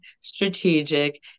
strategic